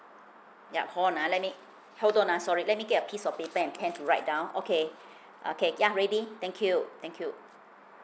yup hold on ah let me hold on ah sorry let me get a piece of paper and pen to write down okay okay yeah ready thank you thank you